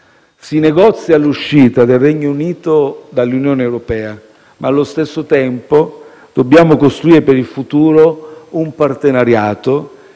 Si negozia l'uscita del Regno Unito dall'Unione europea ma, nello stesso tempo, dobbiamo costruire per il futuro un partenariato